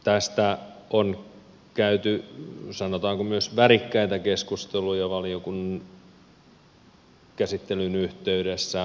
tästä on käyty sanotaanko myös värikkäitä keskusteluja valiokuntakäsittelyn yhteydessä